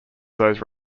those